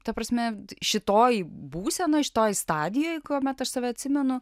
ta prasme šitoj būsenoj šitoj stadijoj kuomet aš save atsimenu